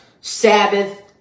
Sabbath